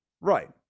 Right